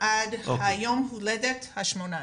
מלידה עד יום הולדת ה-18.